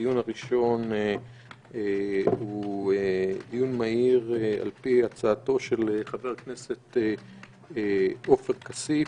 הדיון הראשון הוא דיון מהיר על פי הצעתו של חבר הכנסת עופר כסיף.